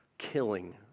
killing